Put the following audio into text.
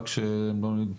ראשית, אני אומר,